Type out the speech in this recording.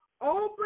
Open